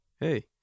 hey